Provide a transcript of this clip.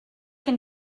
can